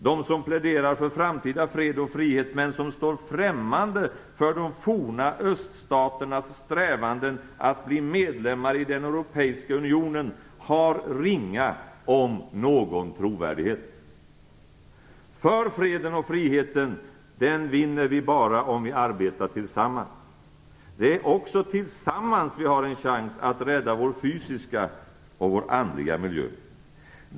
De som pläderar för framtida fred och frihet men som står främmande för de forna öststaternas strävanden att bli medlemmar i den europeiska unionen har ringa, om någon, trovärdighet. Freden och friheten vinner vi bara om vi arbetar tillsammans. Det är också tillsammans vi har en chans att rädda vår fysiska och vår andliga miljö.